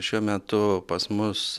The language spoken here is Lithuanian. šiuo metu pas mus